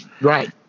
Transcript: right